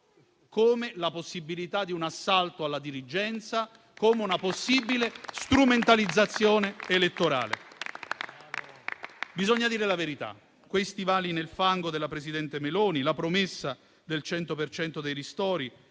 come la possibilità di un assalto alla diligenza, come una possibile strumentalizzazione elettorale. Bisogna dire la verità: gli stivali nel fango del presidente Meloni, la promessa del 100 per cento